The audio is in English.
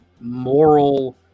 moral